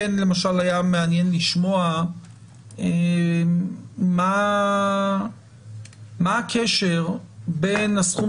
למשל כן היה מעניין לשמוע מה הקשר בין הסכום